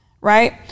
Right